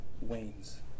wanes